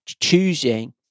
choosing